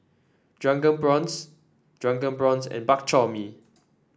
Drunken Prawns Drunken Prawns and Bak Chor Mee